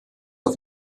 auf